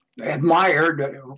admired